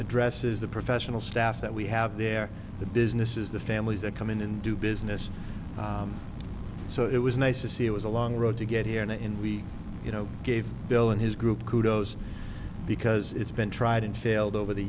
addresses the professional staff that we have there the business is the families that come in and do business so it was nice to see it was a long road to get here and we you know gave bill and his group kudos because it's been tried and failed over the